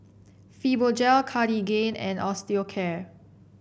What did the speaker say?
Fibogel Cartigain and Osteocare